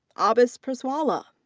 abbas presswala.